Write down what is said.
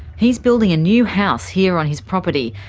he's building a new house here on his property,